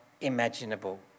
imaginable